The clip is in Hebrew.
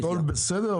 הכול בסדר,